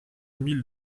mille